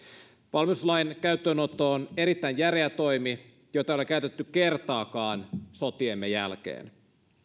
valmiuslain käyttöönotto on erittäin järeä toimi jota ei ole käytetty kertaakaan sotiemme jälkeen